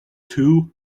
too